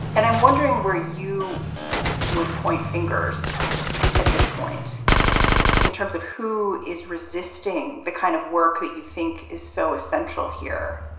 and i'm wondering where you would point fingers at this point in terms of who is resisting the kind of work that you think is so essential here.